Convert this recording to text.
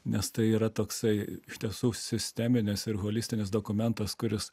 nes tai yra toksai iš tiesų sisteminis ir holistinis dokumentas kuris